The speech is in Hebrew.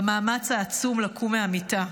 במאמץ העצום לקום מהמיטה,